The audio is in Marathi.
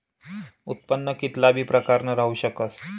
उत्पन्न कित्ला बी प्रकारनं राहू शकस